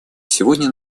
сегодня